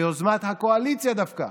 ביוזמת הקואליציה דווקא,